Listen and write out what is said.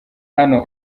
hano